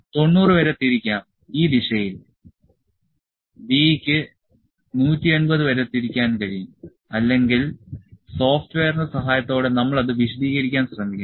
90 വരെ തിരിക്കാം ഈ ദിശയിൽ B ക്ക് 180 വരെ തിരിക്കാൻ കഴിയും അല്ലെങ്കിൽ സോഫ്റ്റ്വെയറിന്റെ സഹായത്തോടെ നമ്മൾ അത് വിശദീകരിക്കാൻ ശ്രമിക്കും